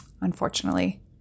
unfortunately